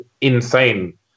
insane